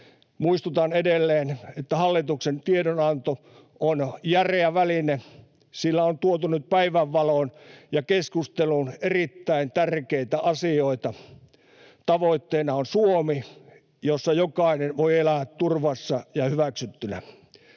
Muistutan edelleen, että hallituksen tiedonanto on järeä väline. Sillä on tuotu nyt päivänvaloon ja keskusteluun erittäin tärkeitä asioita. Tavoitteena on Suomi, jossa jokainen voi elää turvassa ja hyväksyttynä.